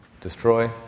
destroy